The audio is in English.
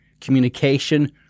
communication